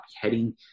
heading